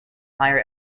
higher